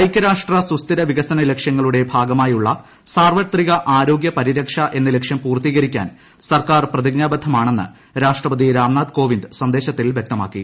ഐക്യരാഷ്ട്ര സുസ്ഥിര വികസന ലക്ഷ്യങ്ങളുടെ ഭാഗമായുള്ള സാർവത്രിക ആരോഗ്യ പരിരക്ഷ എന്ന ലക്ഷ്യം പൂർത്തീകരിക്കാൻ സർക്കാർ പ്രതിജ്ഞാബദ്ധമാണെന്ന് രാഷ്ട്രപതി രാംനാഥ് കോവിന്ദ് സന്ദേശത്തിൽ വ്യക്തമാക്കി